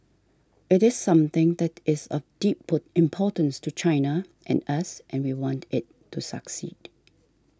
it is something that is of deep importance to China and us and we want it to succeed